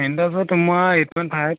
তোমাৰ eight point five